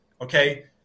Okay